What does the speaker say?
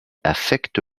affecte